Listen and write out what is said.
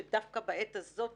שדווקא בעת הזאת,